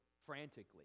frantically